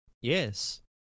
Yes